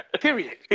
Period